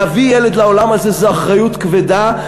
להביא ילד לעולם הזה זאת אחריות כבדה,